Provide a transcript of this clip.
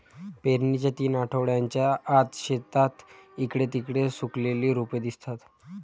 पेरणीच्या तीन आठवड्यांच्या आत, शेतात इकडे तिकडे सुकलेली रोपे दिसतात